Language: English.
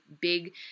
big